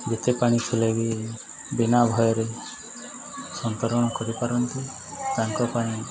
ଯେତେ ପାଣି ଥିଲେ ବିି ବିନା ଭୟରେ ସନ୍ତରଣ କରିପାରନ୍ତି ତାଙ୍କ ପାଇଁ